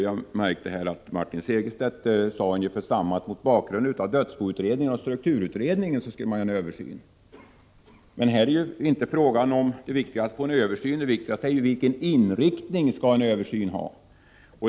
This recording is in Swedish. Jag noterade att Martin Segerstedt i dag sade ungefär detsamma, nämligen att det var mot bakgrund av dödsboutredningen och strukturutredningen som man skulle göra en översyn. Men det viktiga är inte att vi får en översyn, utan vilken inriktning som översynen skall ha.